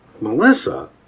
Melissa